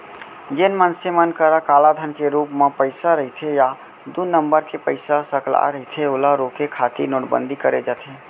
जेन मनसे मन करा कालाधन के रुप म पइसा रहिथे या दू नंबर के पइसा सकलाय रहिथे ओला रोके खातिर नोटबंदी करे जाथे